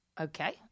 okay